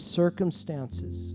circumstances